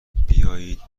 بیایید